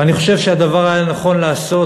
ואני חושב שהדבר הנכון לעשות,